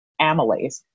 amylase